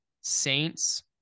Saints